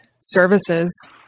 services